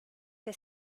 que